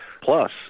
Plus